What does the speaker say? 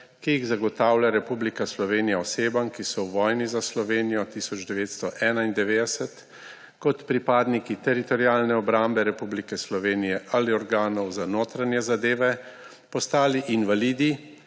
ki jih zagotavlja Republika Slovenija osebam, ki so v vojni za Slovenijo 1991 kot pripadniki Teritorialne obrambe Republike Slovenije ali organov za notranje zadeve postali invalidi